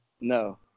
No